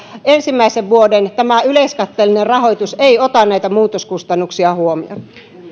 ensimmäisen vuoden yleiskatteellinen rahoitus ei ota näitä muutoskustannuksia huomioon